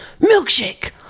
milkshake